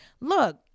look